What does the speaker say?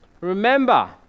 Remember